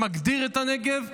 שמגדיר את הנגב.